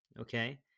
Okay